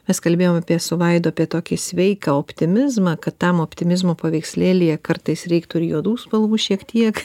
mes kalbėjom apie su vaidu apie tokį sveiką optimizmą kad tam optimizmo paveikslėlyje kartais reiktų ir juodų spalvų šiek tiek